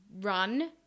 run